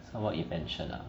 what invention ah